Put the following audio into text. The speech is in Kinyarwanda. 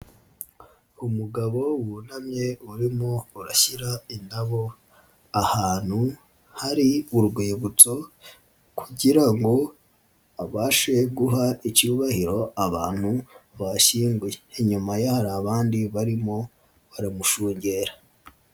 Umugabo wunamye urimo urashyira indabo ahantu hari urwibutso kugira ngo abashe guha icyubahiro abantu bashyinguye, inyuma ye hari abandi barimo baramushungera.